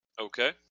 Okay